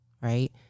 right